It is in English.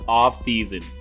offseason